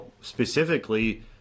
specifically